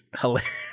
hilarious